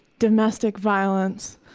domestic violence,